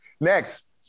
Next